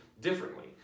differently